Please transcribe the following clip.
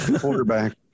quarterback